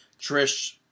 Trish